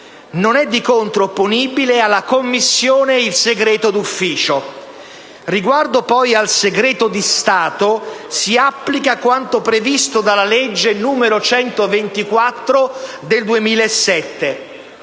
Non è di contro opponibile alla Commissione il segreto d'ufficio. Riguardo poi al segreto di Stato, si applica quanto previsto dalla legge n. 124 del 2007.